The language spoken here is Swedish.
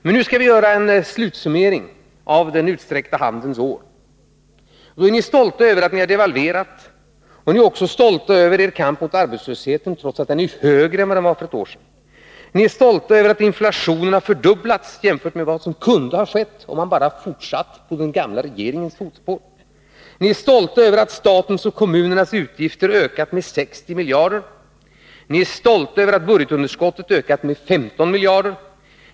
Men nu skall vi göra en slutsummering av den utsträckta handens år. Då är ni stolta över att ni har devalverat. Ni är också stolta över er kamp mot arbetslösheten, trots att den är högre än vad den var för ett år sedan. Ni är stolta över att inflationen har fördubblats jämfört med vad som kunde ha skett, om man bara fortsatt i den gamla regeringens fotspår. Ni är stolta över att statens och kommunernas utgifter har ökat med 60 miljarder. Ni är stolta över att budgetunderskottet har ökat med 15 miljarder.